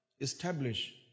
establish